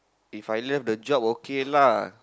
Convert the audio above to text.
If I love the job okay lah